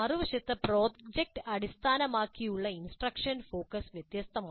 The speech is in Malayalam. മറുവശത്ത് പ്രോജക്റ്റ് അടിസ്ഥാനമാക്കിയുള്ള ഇൻസ്ട്രക്ഷൻ ഫോക്കസ് വ്യത്യസ്തമാണ്